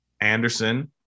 Anderson